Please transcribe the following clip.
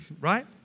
right